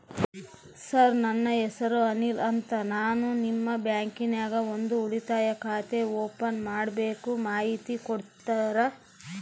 Sir ನನ್ನ ಹೆಸರು ಅನಿಲ್ ಅಂತ ನಾನು ನಿಮ್ಮ ಬ್ಯಾಂಕಿನ್ಯಾಗ ಒಂದು ಉಳಿತಾಯ ಖಾತೆ ಓಪನ್ ಮಾಡಬೇಕು ಮಾಹಿತಿ ಕೊಡ್ತೇರಾ?